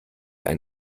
ein